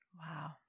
Wow